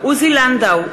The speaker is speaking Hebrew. עוזי לנדאו,